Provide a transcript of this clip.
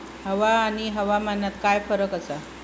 हवा आणि हवामानात काय फरक असा?